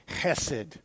chesed